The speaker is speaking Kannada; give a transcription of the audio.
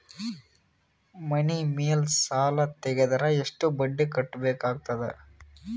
ಮನಿ ಮೇಲ್ ಸಾಲ ತೆಗೆದರ ಎಷ್ಟ ಬಡ್ಡಿ ಕಟ್ಟಬೇಕಾಗತದ?